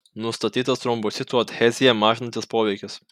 nustatytas trombocitų adheziją mažinantis poveikis